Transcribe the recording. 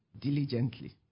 Diligently